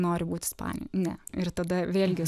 noriu būt ispanijoj ne ir tada vėlgi is